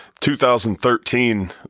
2013